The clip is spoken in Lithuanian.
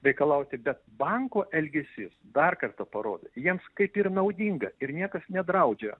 reikalauti bet banko elgesys dar kartą parodo jiems kaip ir naudinga ir niekas nedraudžia